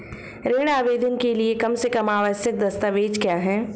ऋण आवेदन के लिए कम से कम आवश्यक दस्तावेज़ क्या हैं?